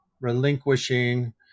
relinquishing